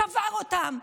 שבר אותם.